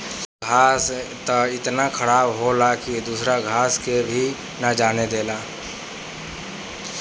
कुछ घास त इतना खराब होला की दूसरा घास के भी ना जामे देला